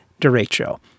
derecho